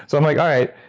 so i'm like, all right,